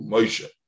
Moshe